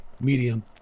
medium